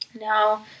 Now